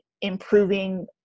improving